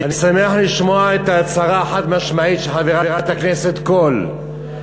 אני שמח לשמוע את ההצהרה החד-משמעית של חברת הכנסת קול.